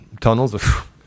tunnels